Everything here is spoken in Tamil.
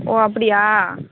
ஓ அப்படியா